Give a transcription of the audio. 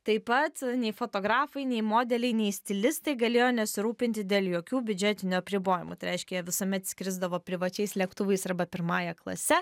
taip pat nei fotografai nei modeliai nei stilistai galėjo nesirūpinti dėl jokių biudžetinių apribojimų tai reiškia jie visuomet skrisdavo privačiais lėktuvais arba pirmąja klase